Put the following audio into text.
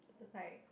like